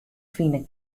fine